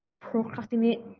procrastinate